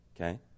okay